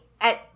at-